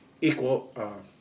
equal